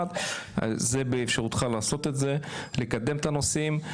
לטיפול, באפשרותך לעשות את זה, לקדם את הנושאים.